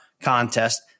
contest